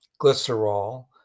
glycerol